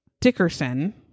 Dickerson